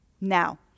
Now